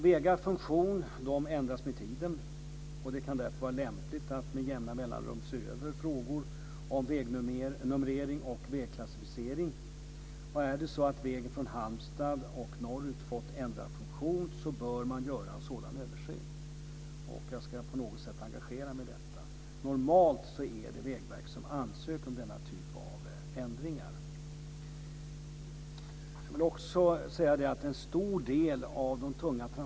Vägars funktion ändras med tiden, och det kan därför vara lämpligt att med jämna mellanrum se över frågor om vägnumrering och vägklassificering. Om vägen från Halmstad norrut har fått ändrad funktion så bör man göra en sådan översyn. Jag ska på något sätt engagera mig i detta, men normalt är det Vägverket som ansöker om denna typ av ändringar.